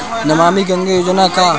नमामि गंगा योजना का ह?